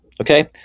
Okay